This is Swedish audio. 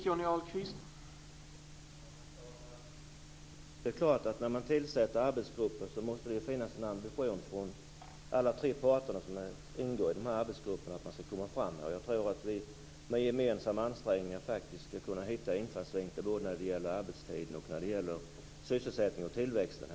Herr talman! Det är klart att när man tillsätter arbetsgrupper måste det finnas en ambition från alla de tre parter som ingår i arbetsgruppen att komma framåt. Jag tror att vi med gemensamma ansträngningar faktiskt skall kunna hitta infallsvinklar både när det gäller arbetstiden och när det gäller sysselsättningen och tillväxten.